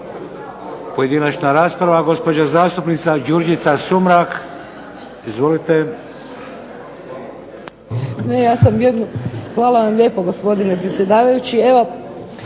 pojedinačna rasprava. Gospođa zastupnica Đurđica Sumrak, izvolite. **Sumrak, Đurđica (HDZ)** Hvala vam lijepo, gospodine predsjedavajući.